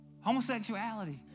Homosexuality